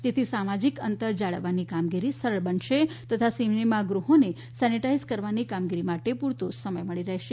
જેથી સામાજીક અંતર જાળવવાની કામગીરી સરળ બનશે તથા સિનેમાગૃહોને સેનેટાઇઝ કરવાની કામગીરી માટે પૂરતો સમય મળી શકશે